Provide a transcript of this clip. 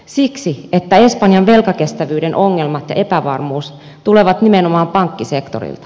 siksi että espanjan velkakestävyyden ongelmat ja epävarmuus tulevat nimenomaan pankkisektorilta